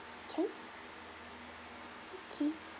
can okay